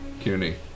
CUNY